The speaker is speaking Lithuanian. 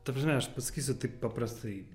ta prasme aš pasakysiu taip paprastai